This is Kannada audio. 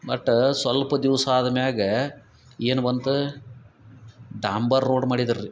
ಬಟ್ ಸಲ್ಪ ದಿವಸ ಆದ ಮ್ಯಾಲ ಏನು ಬಂತು ಡಾಂಬರ್ ರೋಡ್ ಮಾಡಿದರು ರೀ